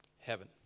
heaven